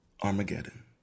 Armageddon